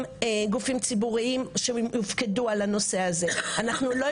אלו גופים ציבוריים שהופקדו על הנושא הזה.